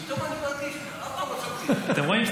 פתאום אני מרגיש --- אתם רואים?